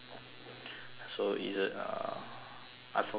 so either uh I forgot already